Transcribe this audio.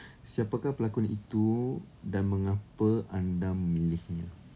siapakah pelakon itu dan mengapa anda memilihnya